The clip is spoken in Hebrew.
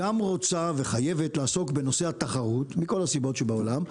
גם רוצה וחייבת לעסוק בנושא התחרות מכל הסיבות שבעולם,